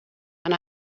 and